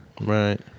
right